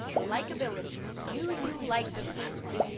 ah likability. do you like this platform?